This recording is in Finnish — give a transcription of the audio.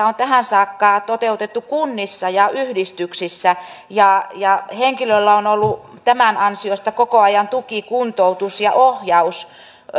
on tähän saakka toteutettu kunnissa ja yhdistyksissä ja ja henkilöllä on ollut tämän ansiosta koko ajan tuki kuntoutus ja ohjaus